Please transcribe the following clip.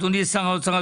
אדוני שר האוצר,